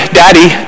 daddy